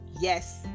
Yes